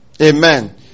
Amen